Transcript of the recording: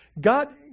God